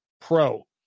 Pro